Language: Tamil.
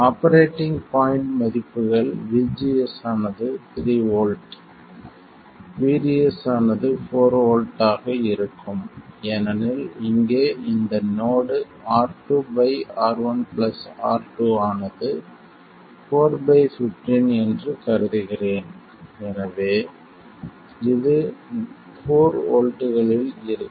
ஆபரேட்டிங் பாய்ண்ட் மதிப்புகள் VGS ஆனது 3 வோல்ட் VDS ஆனது 4 வோல்ட் ஆக இருக்கும் ஏனெனில் இங்கே இந்த நோடு R2 R1 R2 ஆனது 4 பை 15 என்று கருதுகிறேன் எனவே இது 4 வோல்ட்களில் இருக்கும்